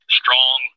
strong